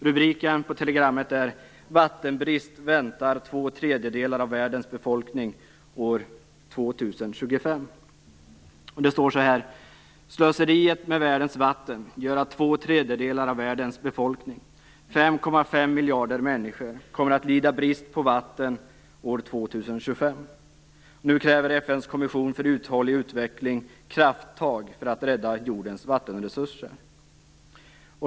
Rubriken på telegrammet är: Vattenbrist väntar två tredjedelar av världens befolkning år 2025. Det står så här: Slöseriet med världens vatten gör att två tredjedelar av världens befolkning, 5,5 miljarder människor, kommer att lida brist på vatten år 2025. Nu kräver FN:s kommission för uthållig utveckling krafttag för att rädda jordens vattenresurser.